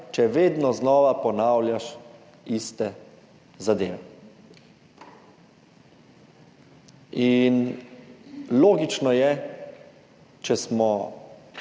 če vedno znova ponavljaš iste zadeve. Logično je, če je